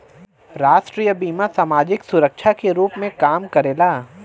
राष्ट्रीय बीमा समाजिक सुरक्षा के रूप में काम करला